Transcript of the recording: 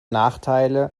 nachteile